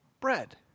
bread